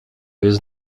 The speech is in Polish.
jest